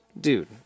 Dude